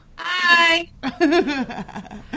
Hi